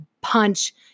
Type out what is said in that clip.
punch